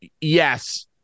yes